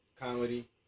comedy